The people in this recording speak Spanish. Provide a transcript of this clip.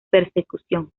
persecución